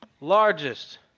largest